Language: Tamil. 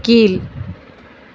கீழ்